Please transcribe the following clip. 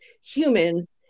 humans